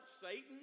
Satan